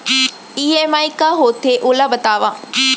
EMI का होथे, ओला बतावव